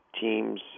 Teams